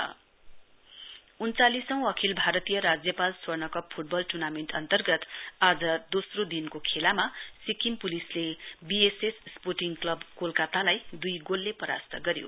football उन्यालिसौं अखिल भारतीय राज्यपाल स्वर्णकप फुटबल टुर्नामेऩ्ट अन्तर्गत आज दोस्रो दिनको खेलामा सिक्किम पुलिसले बिएसएस स्पोर्टिङ क्लब कोलकातालाई अतिरिक्त समयमा परास्त गर्यो